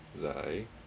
zai